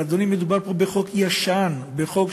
אבל, אדוני,